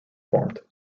formed